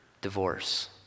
Divorce